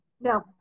No